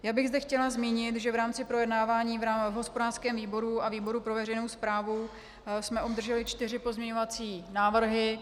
Já bych zde chtěla zmínit, že v rámci projednávání na hospodářském výboru a výboru pro veřejnou správu jsme obdrželi čtyři pozměňovací návrhy.